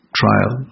trial